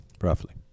roughly